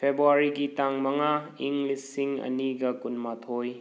ꯐꯦꯕꯋꯥꯔꯤꯒꯤ ꯇꯥꯡ ꯃꯉꯥ ꯏꯪ ꯂꯤꯁꯤꯡ ꯑꯅꯤꯒ ꯀꯨꯟꯃꯥꯊꯣꯏ